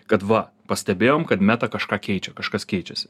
kad va pastebėjom kad meta kažką keičia kažkas keičiasi